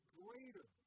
greater